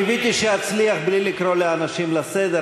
קיוויתי שאצליח בלי לקרוא אנשים לסדר,